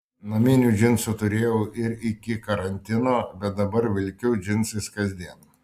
naminių džinsų turėjau ir iki karantino bet dabar vilkiu džinsais kasdien